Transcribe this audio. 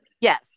yes